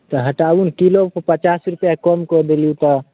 तऽ हटाबू ने किलोपर पचास रुपैआ कम कऽ देली तऽ